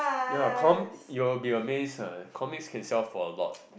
ya com~ you will be amazed eh comics can sell for a lot